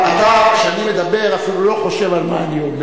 אתה, כשאני מדבר, אפילו לא חושב על מה אני אומר.